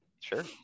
sure